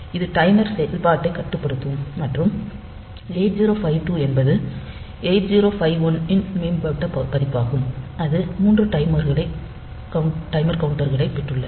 இது டைமர் செயல்பாட்டைக் கட்டுப்படுத்தும் மற்றும் 8052 என்பது 8051 இன் மேம்பட்ட பதிப்பாகும் அது 3 டைமர் கவுண்டர்களைப் பெற்றுள்ளது